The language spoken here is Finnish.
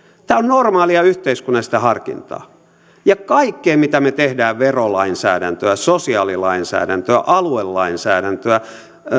tämä on normaalia yhteiskunnallista harkintaa kaikkeen mitä me teemme verolainsäädäntöä sosiaalilainsäädäntöä aluelainsäädäntöä